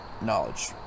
knowledge